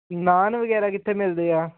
ਨਾਨ ਵਗੈਰਾ ਕਿੱਥੇ ਮਿਲਦੇ ਆ